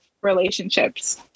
relationships